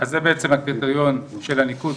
וזה בעצם הקריטריון של הניקוד,